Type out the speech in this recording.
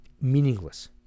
meaningless